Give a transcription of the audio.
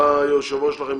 בא היושב-ראש שלכם,